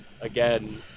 again